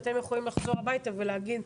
אתם יכולים לחזור הביתה ולהגיד,